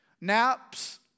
Naps